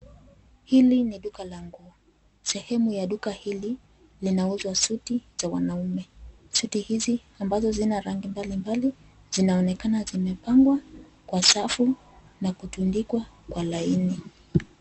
Hili ni duka la nguo. Sehemu ya duka hili linauzwa suti za wanaume. Suti hizi ambazo zina rangi mbalimbali, zinaonekana zimepangwa kwa safu na kutundikwa kwa laini.